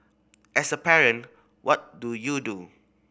as a parent what do you do